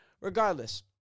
Regardless